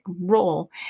role